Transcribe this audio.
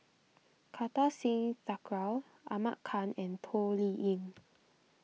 Kartar Singh Thakral Ahmad Khan and Toh Liying